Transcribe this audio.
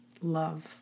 love